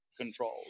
control